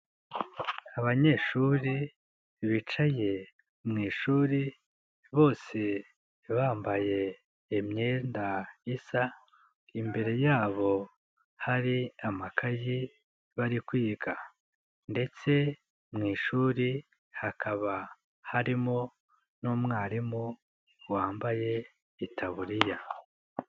Abanyeshuri bicaye mu ishuri bose bambaye imyenda isa, imbere yabo hari amakayi bari kwiga ndetse mu ishuri hakaba harimo n'umwarimu wambaye itariya.